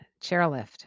chairlift